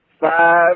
five